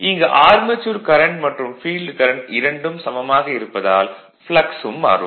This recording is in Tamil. இங்கு ஆர்மெச்சூர் கரண்ட் மற்றும் ஃபீல்டு கரண்ட் இரண்டும் சமமாக இருப்பதால் ப்ளக்ஸ் ம் மாறும்